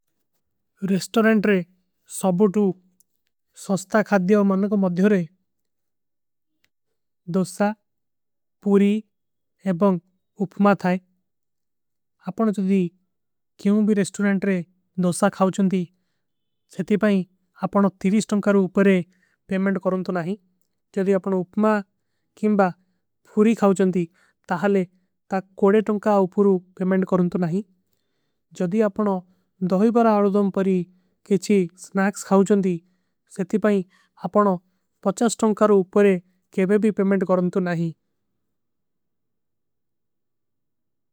ରେସ୍ଟୋରେଂଟ ରେ ସବୂତୁ ସସ୍ତା ଖାଦ୍ଯାଵ ମନନ କୋ ମଦ୍ଯୋରେ ଦୋସ୍ସା। ପୂରୀ ଏବଂଗ ଉପମା ଥାଈ ଆପନ ଜଦୀ କ୍ଯୋଂ ଭୀ ରେସ୍ଟୋରେଂଟ ରେ। ଦୋସ୍ସା ଖାଓ ଚୂଂଦୀ ସେତି ଭାଈ ଆପନ ତୀରୀଶ ଟଂକାରୂ ଉପରେ। ପେମେଂଡ କରୋଂତୋ ନାଈ ଜଦୀ ଆପନ ଉପମା କେଂବା ଫୂରୀ ଖାଓ ଚୂଂଦୀ। ତାହଲେ ତା କୋଡେ ଟଂକା ଉପରୂ ପେମେଂଡ କରୋଂତୋ ନାଈ ଜଦୀ ଆପନ। ଦୋଈ ବରା ଅଲଧମ ପରୀ କେଚୀ ସ୍ନାକ୍ସ ଖାଓ ଚୂଂଦୀ, ସେତି ଭାଈ। ଆପନ ପଚାସ ଟଂକାରୂ ଉପରେ କେଵେ ଭୀ ପେମେଂଡ କରୋଂତୋ ନାଈ।